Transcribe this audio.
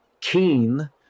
keen